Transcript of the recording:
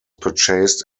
purchased